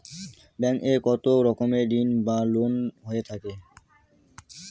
Bank এ কত রকমের ঋণ বা লোন হয়ে থাকে?